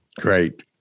great